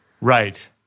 Right